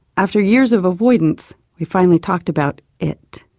after years of avoidance we finally talked about it.